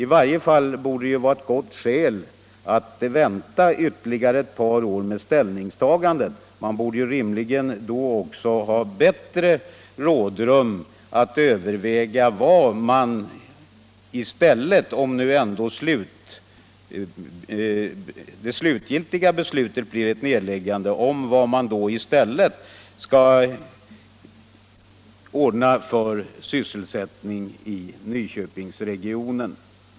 I varje fall borde det vara ett gott skäl för att vänta ytterligare ett par år med ställningstagandet. Man borde rimligen då också ha bättre rådrum att överväga vad man i stället — om nu ändå det slutgiltiga beslutet blir att förbandet skall läggas ned — skall ordna för sysselsättning i Nyköpingsregionen.